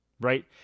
Right